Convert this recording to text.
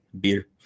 beer